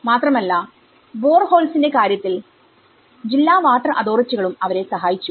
മാത്രമല്ല ബോർഹോൾസിന്റെ കാര്യത്തിൽ ജില്ലാ വാട്ടർ അതോറിറ്റികളും അവരെ സഹായിച്ചു